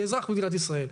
כאזרח במדינת ישראל.